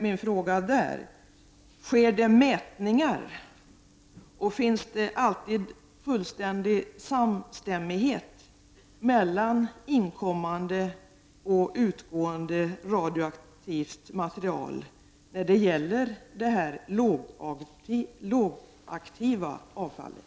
Min fråga är då: Sker det mätningar, och finns det alltid en fullständig samstämmighet mellan inkommande och utgående radioaktivt material när det gäller det lågaktiva avfallet?